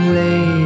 lay